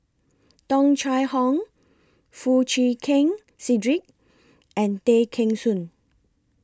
Tung Chye Hong Foo Chee Keng Cedric and Tay Kheng Soon